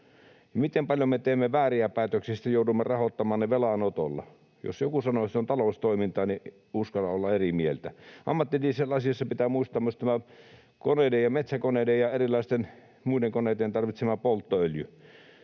Miten paljon me teemme vääriä päätöksiä, ja sitten joudumme rahoittamaan ne velanotolla? Jos joku sanoo, että se on taloustoimintaa, niin uskallan olla eri mieltä. Ammattidieselasiassa pitää muistaa myös metsäkoneiden ja erilaisten muiden koneiden tarvitsema polttoöljy.